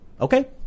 okay